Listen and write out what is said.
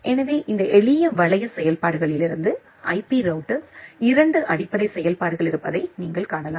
எனவே இந்த எளிய வளைய செயல்பாடுகளிலிருந்து ஐபி ரௌட்டர்ஸ் இரண்டு அடிப்படை செயல்பாடுகள் இருப்பதை நீங்கள் காணலாம்